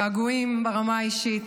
געגועים ברמה האישית.